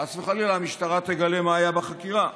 שחס וחלילה המשטרה תגלה מה היה בחקירה,